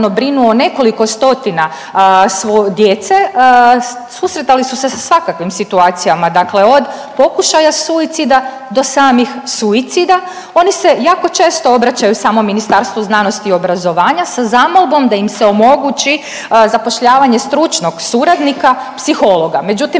brinu o nekoliko stotina djece. Susretali su se sa svakakvim situacijama, dakle od pokušaja suicida do samih suicida. Oni se jako često obraćaju samo Ministarstvu znanosti i obrazovanja sa zamolbom da im se omogući zapošljavanje stručnog suradnika, psihologa. Međutim,